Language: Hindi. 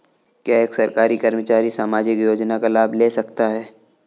क्या एक सरकारी कर्मचारी सामाजिक योजना का लाभ ले सकता है?